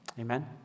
Amen